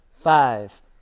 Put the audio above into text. five